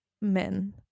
men